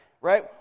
right